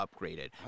upgraded